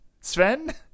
sven